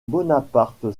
bonaparte